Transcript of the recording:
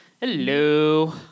Hello